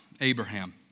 Abraham